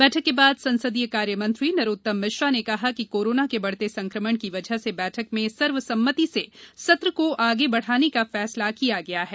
बैठक के बाद संसदीय कार्य मंत्री नरोत्तम मिश्रा ने कहा कि कोरोना के बढ़ते संकमण की वजह से बैठक में सर्व सम्मति से सत्र को आगे बढ़ाने का फैसला किया गया है